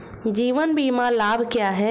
जीवन बीमा लाभ क्या हैं?